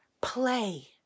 Play